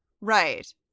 Right